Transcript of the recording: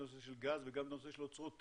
הנושא של גז וגם את הנושא של אוצרות טבע,